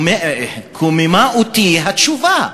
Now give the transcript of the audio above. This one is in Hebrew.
וקוממה אותי התשובה,